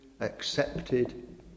accepted